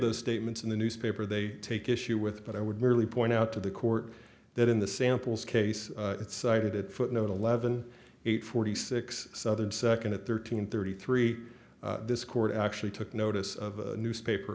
those statements in the newspaper they take issue with but i would merely point out to the court that in the samples case it cited footnote eleven eight forty six southern second at thirteen thirty three this court actually took notice of a newspaper